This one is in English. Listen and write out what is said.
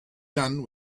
done